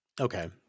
Okay